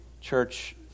church